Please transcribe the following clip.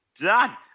done